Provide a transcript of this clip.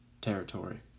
territory